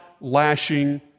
lashing